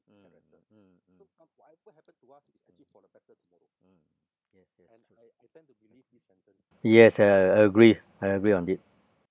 yes uh agree I agree on it